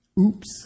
Oops